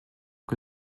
que